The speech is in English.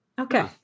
Okay